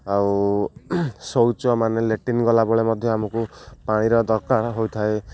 ଆଉ ଶୌଚ ମାନେ ଲ୍ୟଟ୍ରିନ୍ ଗଲାବେଳେ ମଧ୍ୟ ଆମକୁ ପାଣିର ଦରକାର ହୋଇଥାଏ